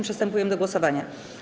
Przystępujemy do głosowania.